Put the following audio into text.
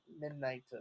midnight